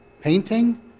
painting